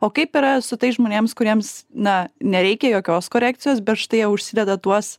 o kaip yra su tais žmonėms kuriems na nereikia jokios korekcijos bet štai jie užsideda tuos